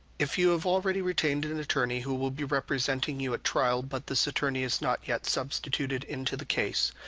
if you have already retained an and attorney who will be representing you at trial, but this attorney is not yet substituted into the case,